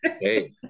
hey